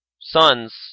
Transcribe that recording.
sons